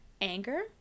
anger